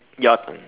your